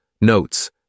notes